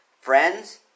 Friends